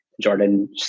jordan